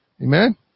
Amen